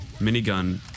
minigun